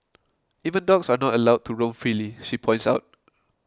even dogs are not allowed to roam freely she points out